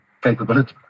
capability